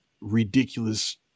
ridiculous